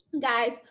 guys